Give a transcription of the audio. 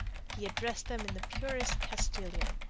he addressed them in the purest castilian.